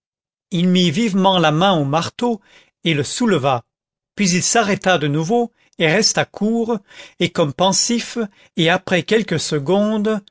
il mit vivement la main au marteau et le souleva puis il s'arrêta de nouveau et resta court et comme pensif et après quelques secondes